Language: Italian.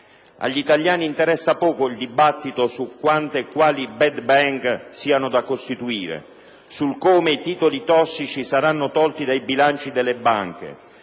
Agli italiani interessa poco il dibattito su quante e quali *bad bank* siano da costituire, su come i titoli tossici saranno tolti dai bilanci delle banche;